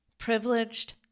privileged